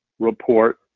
Report